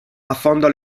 affonda